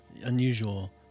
unusual